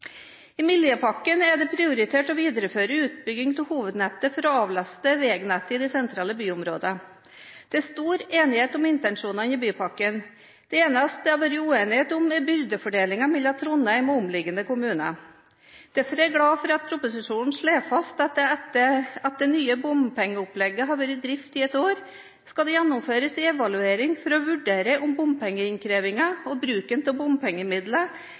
I Miljøpakken er det prioritert å videreføre utbygging av hovednettet for å avlaste veinettet i de sentrale byområder. Det er stor enighet om intensjonene i bypakken. Det eneste det har vært uenighet om, er byrdefordelingen mellom Trondheim og omkringliggende kommuner. Derfor er jeg glad for at man slår fast i proposisjonen at når det nye bompengeopplegget har vært i drift i et år, skal det gjennomføres en evaluering for å vurdere om bompengeinnkrevingen og bruken av